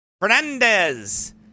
Fernandez